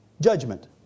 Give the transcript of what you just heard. judgment